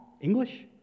English